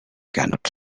cannot